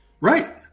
Right